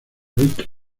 rick